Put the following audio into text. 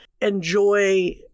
enjoy